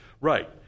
Right